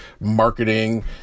marketing